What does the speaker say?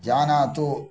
जानातु